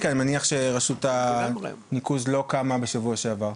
כי אני מניח שרשות הניקוז לא קמה בשבוע שעבר.